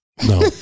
No